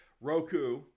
Roku